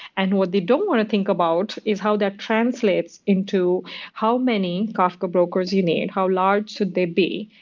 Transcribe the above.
and what they don't want to think about is how that translates into how many kafka brokers you need, how large should they be,